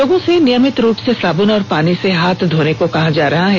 लोगों से नियमित रुप से साबुन और पानी से हाथ धोने को कहा जा रहा है